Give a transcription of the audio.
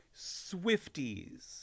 Swifties